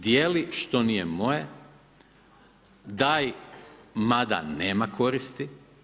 Dijeli što nije moje, daj mada nema koristi.